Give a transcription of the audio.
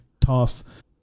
tough